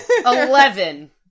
Eleven